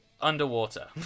underwater